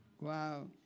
wow